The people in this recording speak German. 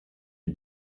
die